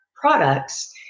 products